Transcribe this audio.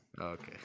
Okay